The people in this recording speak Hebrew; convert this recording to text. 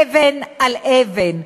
אבן על אבן,